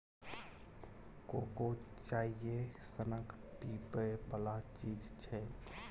cocoa चाइए सनक पीबै बला चीज छै